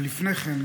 ולפני כן,